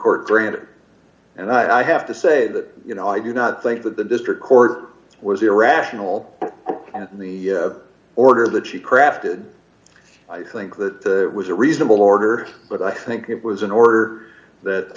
court granted and i have to say that you know i do not think that the district court was irrational in the order that she crafted i think that was a reasonable order but i think it was an order that